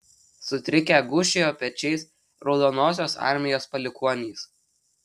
sutrikę gūžčiojo pečiais raudonosios armijos palikuonys